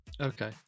Okay